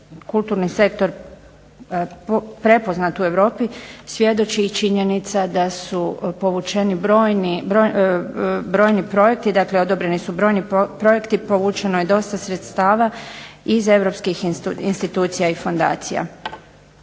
kulturni sektor prepoznat u Europi svjedoči i činjenica da su povućeni brojni projekti. Dakle, odobreni su brojni projekti, povućeno je dosta sredstava iz europskih institucija i fondacija.